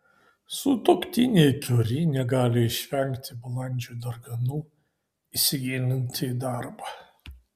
sutuoktiniai kiuri negali išvengti balandžio darganų įsigilinti į darbą